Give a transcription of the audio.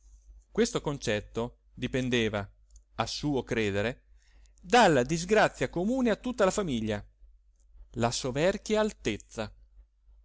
questo concetto dipendeva a suo credere dalla disgrazia comune a tutta la famiglia la soverchia altezza